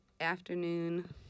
afternoon